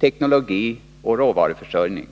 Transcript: teknologi och råvaruförsörjning.